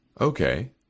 Okay